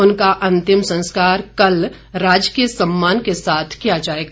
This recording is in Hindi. उनका अंतिम संस्कार कल राजकीय सम्मान के साथ किया जाएगा